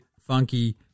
funky